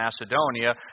Macedonia